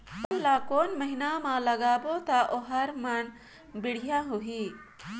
पातल ला कोन महीना मा लगाबो ता ओहार मान बेडिया होही?